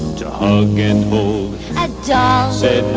to in and so